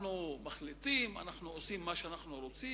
אנחנו מחליטים, אנחנו עושים מה שאנחנו רוצים.